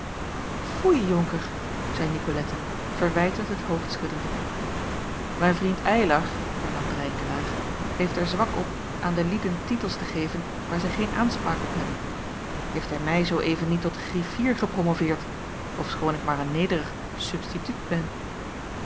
foei jonker zeî nicolette verwijtend het hoofd schuddende mijn vriend eylar hernam drenkelaer heeft er zwak op aan de lieden titels te geven waar zij geen aanspraak op hebben heeft hij mij zoo even niet tot griffier gepromoveerd ofschoon ik maar een nederig substituut ben